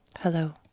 hello